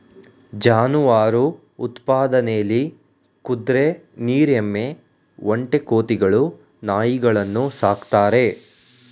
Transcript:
ಜಾನುವಾರು ಉತ್ಪಾದನೆಲಿ ಕುದ್ರೆ ನೀರ್ ಎಮ್ಮೆ ಒಂಟೆ ಕೋತಿಗಳು ನಾಯಿಗಳನ್ನು ಸಾಕ್ತಾರೆ